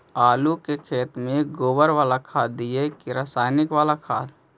आलू के खेत में गोबर बाला खाद दियै की रसायन बाला खाद?